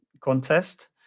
contest